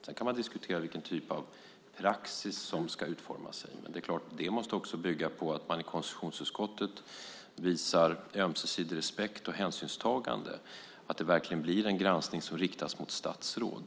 Sedan kan man diskutera vilken typ av praxis som ska utformas, men det måste också bygga på att man i konstitutionsutskottet visar ömsesidig respekt och hänsynstagande så att det verkligen blir en granskning som riktas mot statsråd.